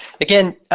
Again